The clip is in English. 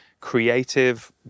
creative